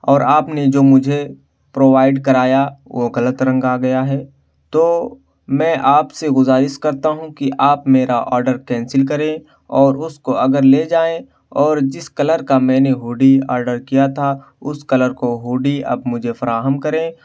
اور آپ نے جو مجھے پرووائڈ کرایا وہ غلط رنگ آگیا ہے تو میں آپ سے گزارش کرتا ہوں کہ آپ میرا آرڈر کینسل کریں اور اس کو اگر لے جائیں اور جس کلر کا میں ہوڈی آڈر کیا تھا اس کلر کو ہوڈی آپ مجھے فراہم کریں